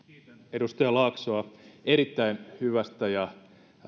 edustaja laaksoa erittäin hyvästä ja